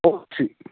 ഓ ശരി